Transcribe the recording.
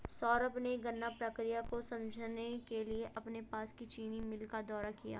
सौरभ ने गन्ना प्रक्रिया को समझने के लिए अपने पास की चीनी मिल का दौरा किया